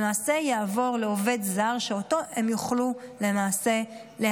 למעשה יעבור לעובד שהם יוכלו להעסיק,